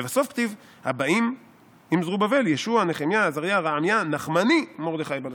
ולבסוף כתיב 'הבאים עם זרובבל ישוע נחמיה עזריה רעמיה נחמני מרדכי בלשן'".